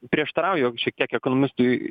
prieštarauju šiek tiek ekonomistui